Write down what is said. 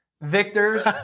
victors